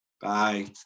Bye